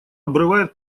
обрывает